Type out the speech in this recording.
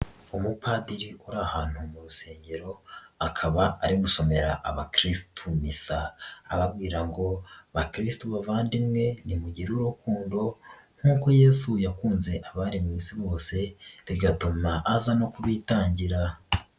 Umupadiri uri ahantu mu rusengero, akaba ari gukomera abakristu misa. Ababwira ngo bakristu bavandimwe nimugire urukundo nkuko yesu yakunze abari mu isi bose rigatuma aza no kubitangira.